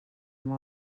amb